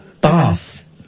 Bath